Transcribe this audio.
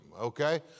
okay